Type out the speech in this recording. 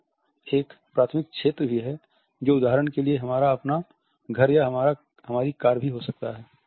फिर एक प्राथमिक क्षेत्र भी है जो उदाहरण के लिए हमारा अपना घर या हमारी कार भी हो सकता है